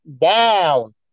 down